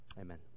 Amen